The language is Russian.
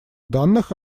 данных